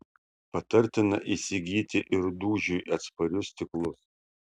patartina įsigyti ir dūžiui atsparius stiklus